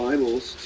Bibles